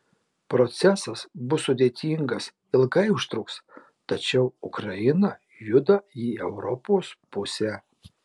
procesas bus sudėtingas ilgai užtruks tačiau ukraina juda į europos pusę